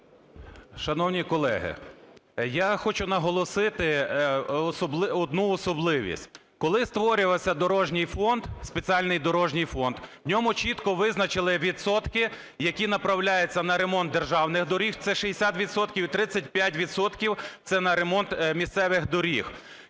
Шановні колеги, я хочу наголосити одну особливість. Коли створювався дорожній фонд, спеціальний дорожній фонд, в ньому чітко визначили відсотки, які направляються на ремонт державних доріг – це 60 відсотків, і 35 відсотків – це на ремонт місцевих доріг.